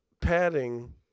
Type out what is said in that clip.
padding